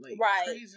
Right